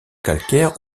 calcaires